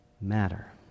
matter